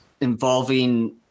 involving